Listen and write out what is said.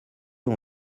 ont